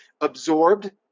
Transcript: absorbed